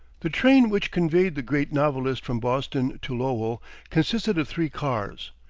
the train which conveyed the great novelist from boston to lowell consisted of three cars,